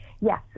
Yes